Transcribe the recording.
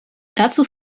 dazu